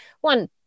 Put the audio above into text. one